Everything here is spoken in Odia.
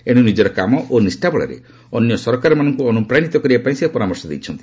ଏଣୁ ନିଜର କାମ ଓ ନିଷ୍ଠା ବଳରେ ଅନ୍ୟ ସରକାରମାନଙ୍କୁ ଅନୁପ୍ରାଣିତ କରିବାପାଇଁ ସେ ପରାମର୍ଶ ଦେଇଛନ୍ତି